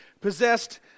possessed